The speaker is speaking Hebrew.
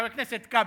חבר הכנסת כבל.